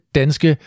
danske